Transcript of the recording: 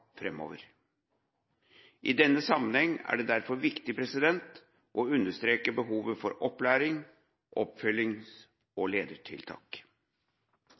I denne sammenheng er det derfor viktig å understreke behovet for opplæring, oppfølgings- og ledertiltak.